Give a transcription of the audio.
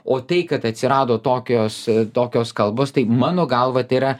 o tai kad atsirado tokios tokios kalbos tai mano galva tai yra